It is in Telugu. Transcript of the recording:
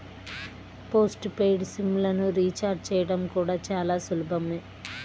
పోస్ట్ పెయిడ్ సిమ్ లను రీచార్జి చేయడం కూడా చాలా సులభమే